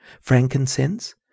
frankincense